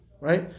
Right